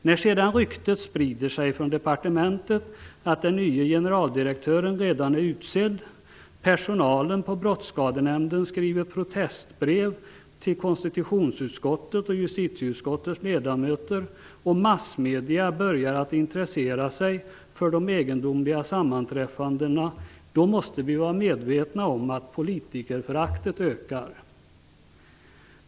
När sedan ryktet sprider sig från departementet att den nye generaldirektören redan är utsedd, när personalen på Brottsskadenämnden skriver protestbrev till konstitutionsutskottets och justitieutskottets ledamöter och när massmedia börjar att intressera sig för de egendomliga sammanträffandena, då måste vi vara medvetna om politikerföraktet ökar.